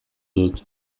dut